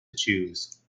choose